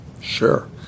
Sure